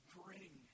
bring